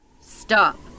Stop